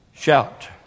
shout